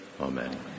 Amen